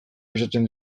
pisatzen